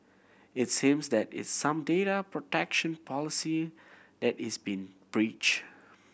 its seems that is some data protection policy that is being breached